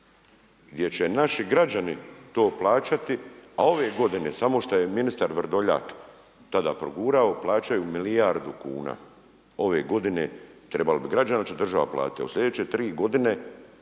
Gdje će naši građani to plaćati, a ove godine samo što je ministar Vrdoljak tada progurao, plaćaju milijardu kuna. Ove godine trebalo bi…/Govornik se ne razumije./…u slijedeće 3 godine